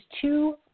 two